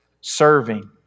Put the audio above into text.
serving